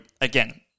again